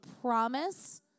promise